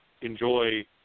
enjoy